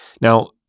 Now